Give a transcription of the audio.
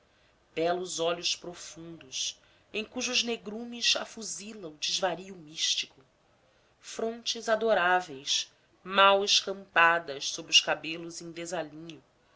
belos olhos profundos em cujos negrumes afuzila o desvario místico frontes adoráveis mal escampadas sob os cabelos em desalinho